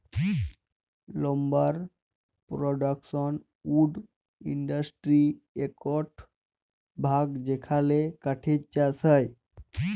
lumber production wood ইন্ডাসটিরির একট ভাগ যেখালে কাঠের চাষ হয়